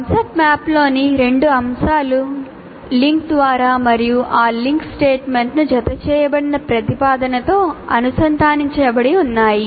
concept మ్యాప్లోని రెండు అంశాలు లింక్ ద్వారా మరియు ఆ లింక్ స్టేట్మెంట్కు జతచేయబడిన ప్రతిపాదనతో అనుసంధానించబడి ఉన్నాయి